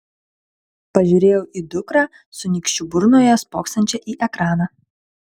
pažiūrėjau į dukrą su nykščiu burnoje spoksančią į ekraną